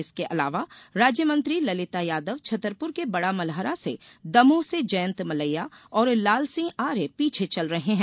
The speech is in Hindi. इसके अलावा राज्य मंत्री ललिता यादव छतरपुर के बड़ा मलहरा से दमोह से जयंत मलैया और लालसिंह आर्य पीछे चल रहे हैं